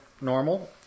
normal